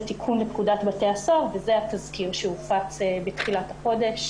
תיקון לפקודת בתי הסוהר זה התזכיר שהופץ בתחילת החודש.